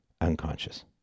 unconscious